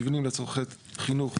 מבנים לצורכי חינוך,